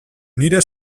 nire